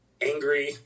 angry